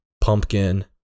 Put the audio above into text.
pumpkin